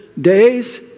days